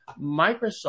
Microsoft